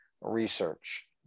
research